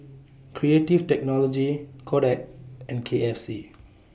Creative Technology Kodak and K F C